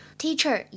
teacher